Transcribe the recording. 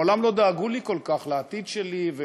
מעולם לא דאגו לי כל כך לעתיד שלי.